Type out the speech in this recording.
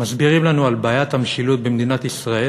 מסבירים לנו על בעיית המשילות במדינת ישראל